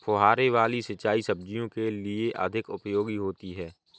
फुहारे वाली सिंचाई सब्जियों के लिए अधिक उपयोगी होती है?